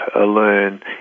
learn